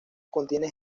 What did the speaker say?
contiene